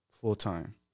full-time